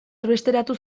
erbesteratu